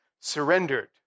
surrendered